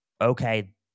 okay